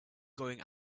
going